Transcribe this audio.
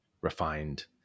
refined